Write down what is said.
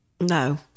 No